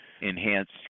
enhanced